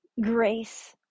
grace